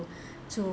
to